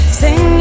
sing